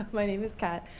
my name is kat.